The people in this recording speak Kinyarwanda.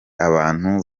abantu